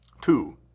two